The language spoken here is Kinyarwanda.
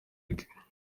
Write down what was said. bwe